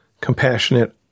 compassionate